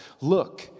look